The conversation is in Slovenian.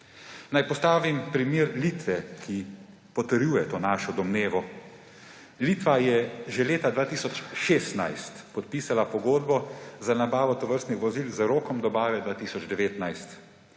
Naj postavim primer Litve, ki potrjuje to našo domnevo. Litva je že leta 2016 podpisala pogodbo za nabavo tovrstnih vozil z rokom dobave 2019.